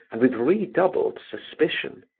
and with redoubled suspicion.